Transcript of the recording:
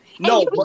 No